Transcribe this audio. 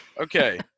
Okay